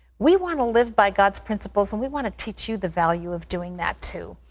we want to live by god's principles and we want to teach you the value of doing that too.